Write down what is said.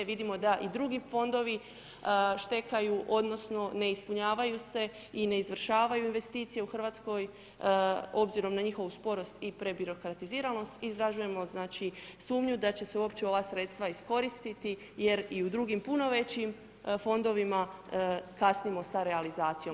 Vidimo da i drugi fondovi štekaju, odnosno ne ispunjavaju se i ne izvršavaju investicije u Hrvatskoj obzirom na njihovu sporost i prebirokratiziranost i izražujemo sumnju da će se uopće ova sredstva iskoristiti jer i u drugim puno većim fondovima kasnimo sa realizacijom.